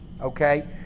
Okay